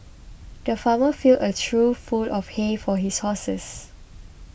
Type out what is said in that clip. the farmer filled a trough full of hay for his horses